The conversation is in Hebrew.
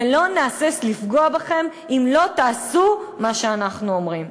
ולא נהסס לפגוע בכם אם לא תעשו מה שאנחנו אומרים.